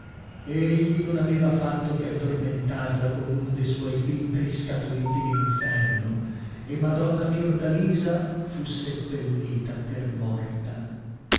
egli non aveva fatto che addormentarla con uno de suoi filtri scaturiti d'inferno e madonna fiordalisa fu seppellita per morta